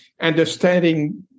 understanding